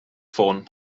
ffôn